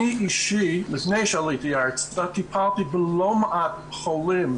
אני אישית לפני שעליתי ארצה טיפלתי בלא מעט חולים,